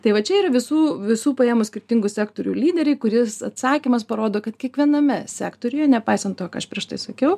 tai va čia ir visų visų paėmus skirtingų sektorių lyderiai kuris atsakymas parodo kad kiekviename sektoriuje nepaisant to ką aš prieš tai sakiau